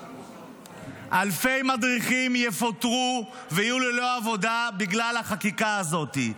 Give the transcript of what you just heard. אלפי מדריכים יפוטרו ויהיו ללא עבודה בגלל החקיקה הזאת.